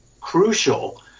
crucial